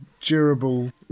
durable